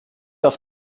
auf